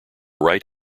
right